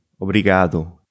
Obrigado